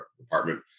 department